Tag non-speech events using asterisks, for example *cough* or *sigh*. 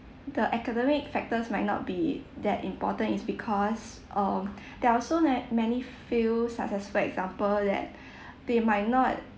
the academic factors might not be that important it's because um there are so na~ many fail successful example that *breath* they might not